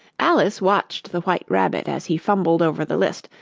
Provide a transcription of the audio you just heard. alice watched the white rabbit as he fumbled over the list,